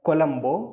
Colombo